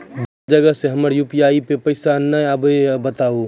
दोसर जगह से हमर यु.पी.आई पे पैसा नैय आबे या बताबू?